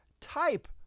type